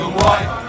white